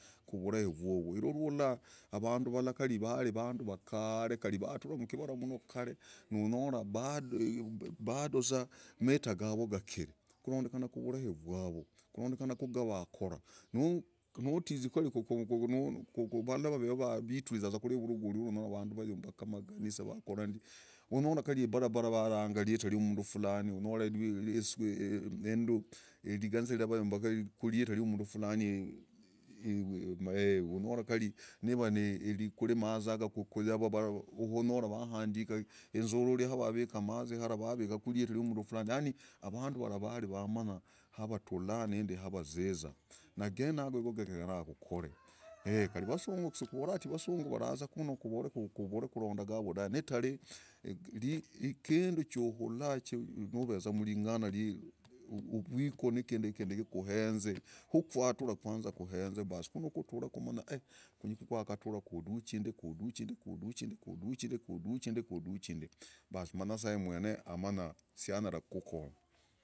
Kuvurahi vwovo. irwo rwola avandu vala kari vandu vakare kari vaturaa mkivara mno kare monyora bado za amita gavo gakiri korondekana kuvurahi vwavo, korondekana kugavakora nutizi kari ku ku vala vaveho viturizaza evorogoriira onyoraza kari ibarabara varanga ryita ryumundu fulani onyora inndu iriganisa lla ryayumbaka kuryita ryumundu fulani eeh onyora kari niva nikari amazaga kuyava onyora vahandika onyora kuri ezororj havavika amazi hara vavikaku ryita ryumundu fulani nagenago igo gagenyekana kokore h kari vasungu kovora ati vasungu varaza kunu kovore kuvuri koronda gavo dave nitari kindu chuhula chu nuveza mring'ana uvwiku nikindi nokohenze hukwatura kwanza kuduchindi kuduchindi, kuduchindi kuduchindi kuduchindi baas manyasaye mwene amanya sianyara kukokonya.